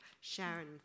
Sharon